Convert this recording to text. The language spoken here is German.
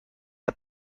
der